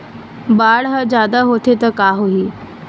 बाढ़ ह जादा होथे त का होही?